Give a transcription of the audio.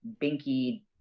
Binky